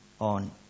on